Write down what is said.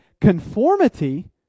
conformity